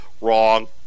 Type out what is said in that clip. Wrong